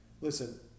Listen